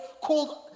called